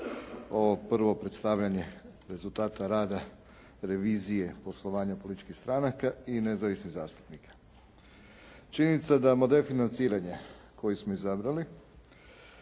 ovo prvo predstavljanje rezultata rada revizije poslovanja političkih stranaka i nezavisnih zastupnika. Činjenica da model financiranja koji smo izabrali,